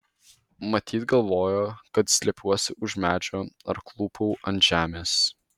matyt galvojo kad slepiuosi už medžio ar klūpau ant žemės